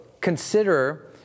consider